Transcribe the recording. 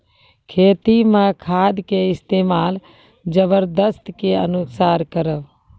खेती मे खाद के इस्तेमाल जरूरत के अनुसार करऽ